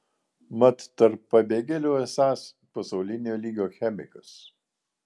mat tarp pabėgėlių esąs pasaulinio lygio chemikas